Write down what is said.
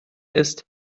ist